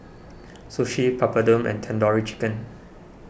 Sushi Papadum and Tandoori Chicken